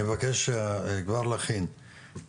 אני כבר מבקש להכין טכנית